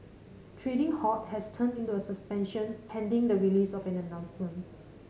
trading halt has turned into a suspension pending the release of an announcement